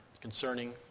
concerning